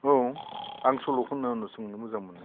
औ आं सल' खननो मोजां मोनो